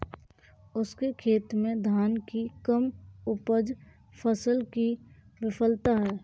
उसके खेत में धान की कम उपज फसल की विफलता है